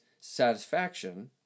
satisfaction